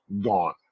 gone